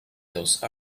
those